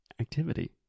activity